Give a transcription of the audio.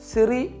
Siri